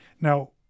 Now